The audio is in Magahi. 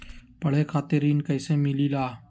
पढे खातीर ऋण कईसे मिले ला?